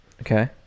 Okay